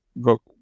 go